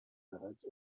bereits